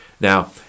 Now